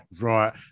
Right